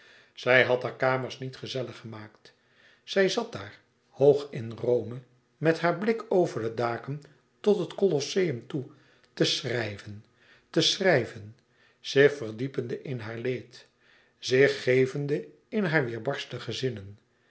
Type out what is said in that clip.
zij had hare kamers niet gezellig gemaakt zij zat daar hoog in rome met haar blik over de daken tot het colosseum toe te schrijven te schrijven zich verdiepende in haar leed zich gevende in hare weerbarstige zinnen